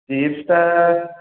ଚିପ୍ସ୍ଟା